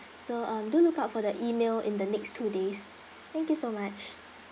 so um do look out for the email in the next two days thank you so much